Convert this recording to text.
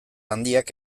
handiak